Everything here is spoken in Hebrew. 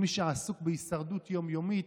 עם מי שעסוק בהישרדות יום-יומית,